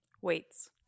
Weights